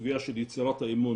הסוגיה של יצירת האמון.